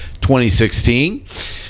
2016